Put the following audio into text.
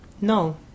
No